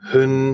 Hun